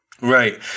Right